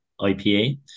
IPA